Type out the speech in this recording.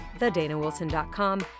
thedanawilson.com